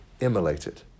immolated